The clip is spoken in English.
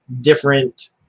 different